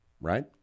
right